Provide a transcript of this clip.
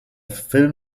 film